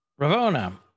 Ravona